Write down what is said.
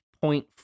point